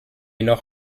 noch